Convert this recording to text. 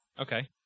Okay